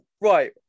Right